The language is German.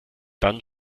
dann